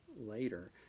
later